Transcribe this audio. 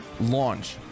launch